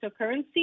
cryptocurrency